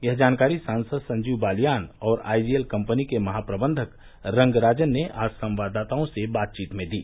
यह जानकारी सांसद संजीव बालियान और आईजीएल कम्पनी के महाप्रबंधक रंगराजन ने आज संवाददाताओं से बातचीत में दी